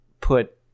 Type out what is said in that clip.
put